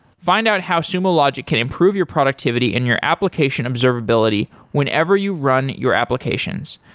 find out how sumo logic can improve your productivity and your application observability whenever you run your applications.